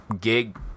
gig